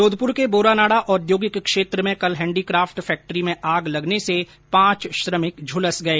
जोधपुर के बोरानाडा औद्योगिक क्षेत्र में कल हैण्डीक्राफ़्ट फैक्ट्री में आग लगने से पांच श्रमिक झुलस गए